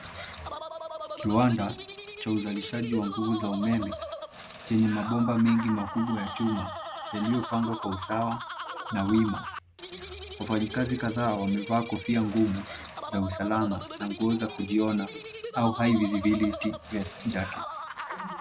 Kiwanda cha uzalishaji wa nguvu za umeme chenye mabomba mengi makubwa ya chuma yaliyopangwa kwa usawa na wima. Wafanyikazi kadhaa wamevaa kofia ngumu za usalama na nguo za kujiona au high visibility vest jackets .